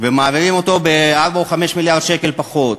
ומעבירים אותו ב-4 או 5 מיליארד שקל פחות.